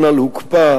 שאיבה